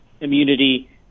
immunity